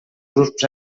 grups